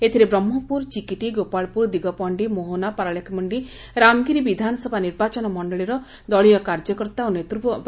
ଏଥିରେ ବ୍ରହ୍କପୁର ଚିକିଟି ଗୋପାଳପୁର ଦିଗପହଖି ମୋହନା ପାରଳାଖେମୁଖି ରାମଗିରି ବିଧାନସଭା ନିର୍ବାଚନ ମଣ୍ଡଳୀର ଦଳୀୟ କାର୍ଯ୍ୟକର୍ତ୍ତା ଓ ନେତୃବର୍ଗ ଯୋଗଦେଇଥିଲେ